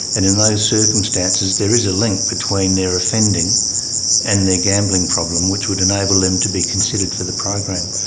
and in those circumstances there is a link between their offending and their gambling problem which would enable them to be considered for the program.